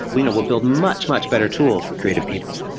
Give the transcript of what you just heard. we'll we'll build much, much better tools for creative people.